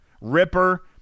Ripper